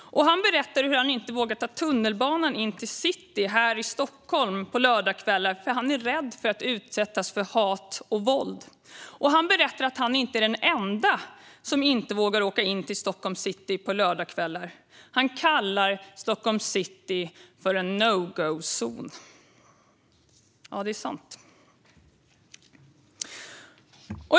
Han berättar hur han inte vågar ta tunnelbanan in till city här i Stockholm på lördagskvällar för att han är rädd för att utsättas för hat och våld. Han berättar att han inte är den enda som inte vågar åka in till Stockholms city på lördagskvällar. Han kallar Stockholms city för en no go-zon. Ja, det är sant.